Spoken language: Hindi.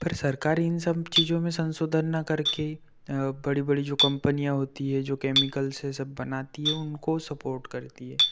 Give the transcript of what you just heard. पर सरकार इन सब चीजों में संशोधन न करके बड़ी बड़ी जो कंपनियाँ होती हैं जो केमिकल से सब बनाती है उनको सपोर्ट करती है